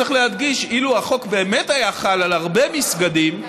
צריך להדגיש שאילו החוק באמת היה חל על הרבה מסגדים,